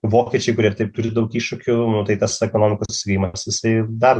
vokiečiai kurie ir taip turi daug iššūkių nu tai tas ekonomikos augimas jisai dar